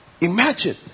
Imagine